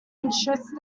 interest